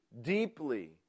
deeply